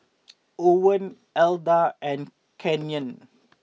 Owens Alda and Canyon